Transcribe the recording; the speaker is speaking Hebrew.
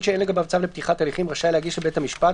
שאין לגביו צו לפתיחת הליכים רשאי להגיש לבית המשפט,